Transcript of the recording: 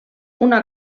una